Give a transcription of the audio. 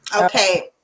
Okay